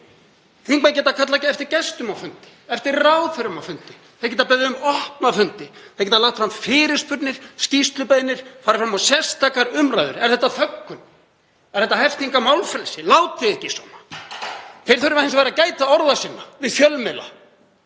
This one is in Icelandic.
Þingmenn geta kallað eftir gestum á fundi, eftir ráðherrum á fundi, þeir geta getað beðið um opna fundi, þeir geta lagt fram fyrirspurnir, skýrslubeiðnir, farið fram á sérstakar umræður. Er þetta þöggun? Er þetta hefting á málfrelsi? Látið ekki svona. Þeir þurfa hins vegar að gæta orða sinna við fjölmiðla.